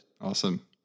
awesome